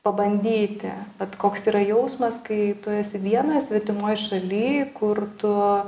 pabandyti vat koks yra jausmas kai tu esi vienas svetimoj šaly kur tu